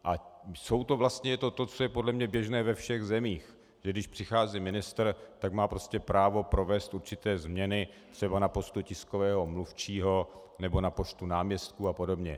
Je to to, co je podle mě běžné ve všech zemích, že když přichází ministr, tak má prostě právo provést určité změny třeba na postu tiskového mluvčího nebo na postu náměstků apod.